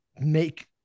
make